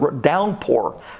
downpour